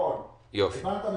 נכון, הבנת מצוין.